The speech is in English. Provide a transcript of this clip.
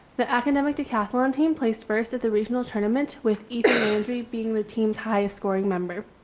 the academic decathlon team placed first at the regional tournament with ethan andre being the team's highest scoring member.